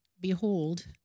Behold